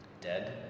dead